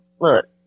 look